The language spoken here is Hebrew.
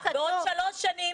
בעוד שלוש שנים,